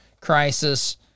crisis